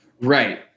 Right